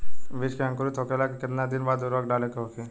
बिज के अंकुरित होखेला के कितना दिन बाद उर्वरक डाले के होखि?